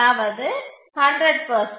அதாவது 100